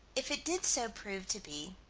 if it did so prove to be,